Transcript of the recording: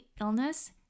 illness